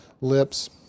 lips